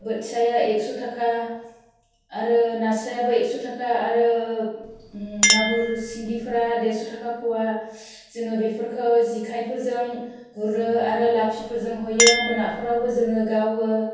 बोथियाया एक्स' थाखा आरो नास्राइआबो एक्स' थाखा आरो मागुर सिंगिफ्रा देरस' थाखा फवा जोङो बेफोरखौ जेखायफोरजों गुरो आरो लाफिफोरजों हयो मोनाफोरावबो जोङो गावो